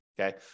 okay